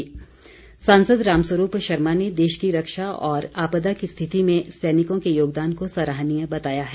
राम स्वरूप सांसद राम स्वरूप शर्मा ने देश की रक्षा और आपदा की स्थिति में सैनिकों के योगदान को सराहनीय बताया है